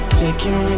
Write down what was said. taking